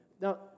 Now